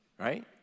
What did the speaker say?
right